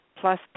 plus